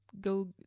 go